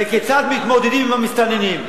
וכיצד מתמודדים עם המסתננים.